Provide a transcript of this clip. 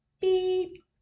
Beep